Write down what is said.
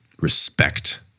respect